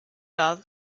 love